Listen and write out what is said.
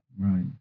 Right